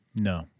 No